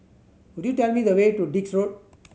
could you tell me the way to Dix Road